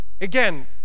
Again